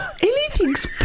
Anything's